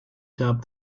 dubbed